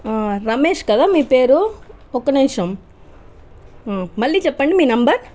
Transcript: రమేష్ కదా మీ పేరు ఒక్క నిమిషం మళ్ళీ చెప్పండి మీ నంబర్